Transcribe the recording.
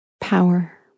power